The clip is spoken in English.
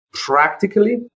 Practically